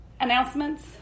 announcements